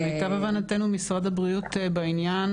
למיטב הבנתינו משרד הבריאות בעניין